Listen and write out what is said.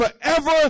forever